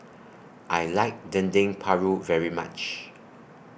I like Dendeng Paru very much